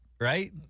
right